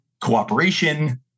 cooperation